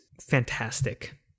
fantastic